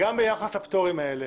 גם ביחס לפטורים האלה.